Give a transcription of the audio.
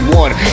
one